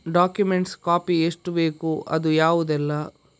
Document copy ಎಷ್ಟು ಬೇಕು ಅದು ಯಾವುದೆಲ್ಲ?